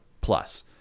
plus